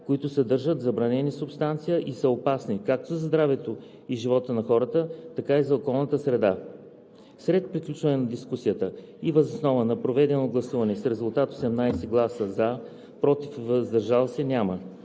които съдържат забранени субстанции и са опасни както за здравето и живота на хората, така и за околната среда. След приключване на дискусията и въз основа на проведено гласуване с резултат 18 гласа „за“, без „против“ и „въздържал се“